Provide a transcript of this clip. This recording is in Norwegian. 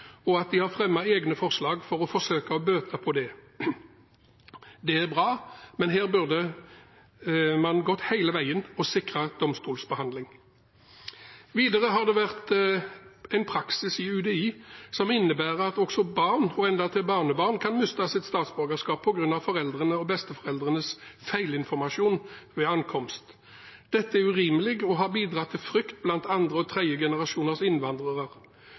og at de har fremmet egne forslag for å forsøke å bøte på det. Det er bra, men her burde man gått hele veien og sikret domstolsbehandling. Videre har det vært en praksis i UDI som innebærer at også barn og endatil barnebarn kan miste sine statsborgerskap på grunn av foreldrenes og besteforeldrenes feilinformasjon ved ankomst. Dette er urimelig og har bidratt til frykt blant andre- og tredjegenerasjons innvandrere.